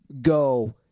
go